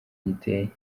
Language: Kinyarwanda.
giteye